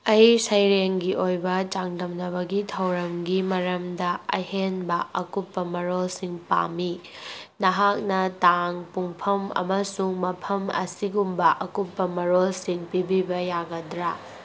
ꯑꯩ ꯁꯩꯔꯦꯡꯒꯤ ꯑꯣꯏꯕ ꯆꯥꯡꯗꯝꯅꯕꯒꯤ ꯊꯧꯔꯝꯒꯤ ꯃꯔꯝꯗ ꯑꯍꯦꯟꯕ ꯑꯀꯨꯞꯄ ꯃꯔꯣꯜꯁꯤꯡ ꯄꯥꯝꯃꯤ ꯅꯍꯥꯛꯅ ꯇꯥꯡ ꯄꯨꯡꯐꯝ ꯑꯃꯁꯨꯡ ꯃꯐꯝ ꯑꯁꯤꯒꯨꯝꯕ ꯑꯀꯨꯞꯄ ꯃꯔꯣꯜꯁꯤꯡ ꯄꯤꯕꯤꯕ ꯌꯥꯒꯗ꯭ꯔ